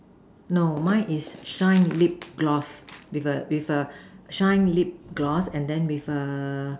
no mine is shine lip gloss with a with a shine lip gloss and then with a